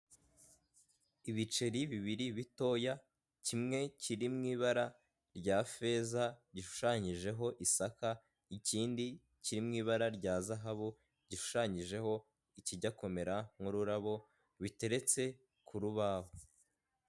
Ibiceri bibiri bitoya, kimwe kiri mu ibara rya feza, gishushanyijeho isaka, ikindi kiri mu ibara rya zahabu, gishushanyijeho ikijya kumera nk'ururabo, biteretse ku rubaho.